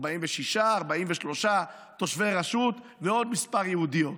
46, 43 תושבי רשות ועוד כמה יהודיות.